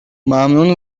ممنون